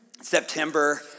September